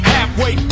Halfway